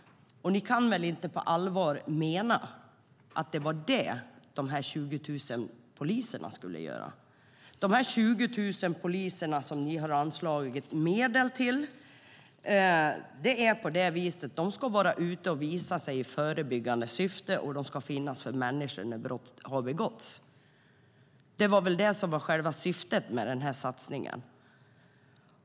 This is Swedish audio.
Ni kan väl inte på allvar mena att det var det som de 20 000 poliserna skulle göra. De 20 000 poliser som ni har anslagit medel till ska vara ute och visa sig i förebyggande syfte och de ska finnas för människor när brott har begåtts. Det var väl själva syftet med den här satsningen.